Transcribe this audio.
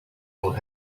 old